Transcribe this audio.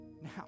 Now